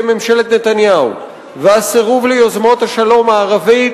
ממשלת נתניהו והסירוב ליוזמות השלום הערבית,